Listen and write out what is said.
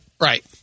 Right